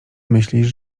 myślisz